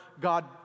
god